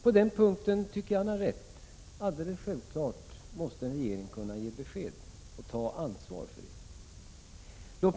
På den punkten tycker jag att Jörn Svensson har rätt. Det är alldeles självklart att en regering måste kunna ge besked om och ta ansvar för en sådan skolverksamhet.